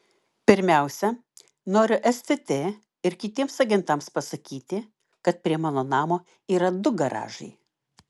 pirmiausia noriu stt ir kitiems agentams pasakyti kad prie mano namo yra du garažai